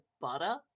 butter